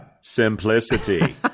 simplicity